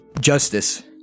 justice